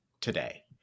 today